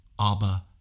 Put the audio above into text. Abba